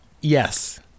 yes